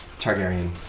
Targaryen